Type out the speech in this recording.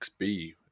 XB